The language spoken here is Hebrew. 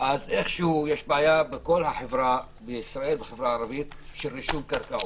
אז יש בעיה בכל החברה הערבית בישראל של רישום קרקעות.